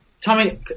Tommy